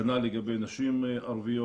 כנ"ל לגבי נשים ערביות.